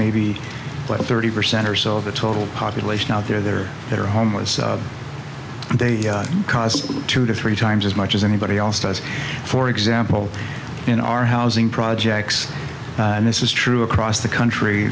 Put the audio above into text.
maybe thirty percent or so of the total population out there that are homeless and they cost two to three times as much as anybody else does for example in our housing projects and this is true across the country